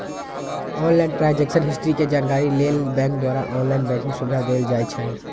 online transaction history के जानकारी लेल बैंक द्वारा ऑनलाइन बैंकिंग सुविधा देल जाइ छइ